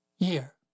year